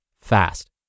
fast